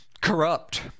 corrupt